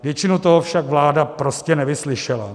Většinu toho však vláda prostě nevyslyšela.